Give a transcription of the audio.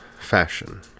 fashion